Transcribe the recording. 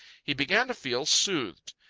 he began to feel soothed.